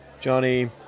Johnny